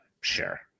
Sure